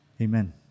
Amen